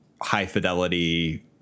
high-fidelity